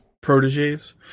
Proteges